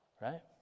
Right